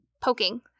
poking